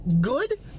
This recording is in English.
good